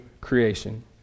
creation